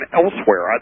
elsewhere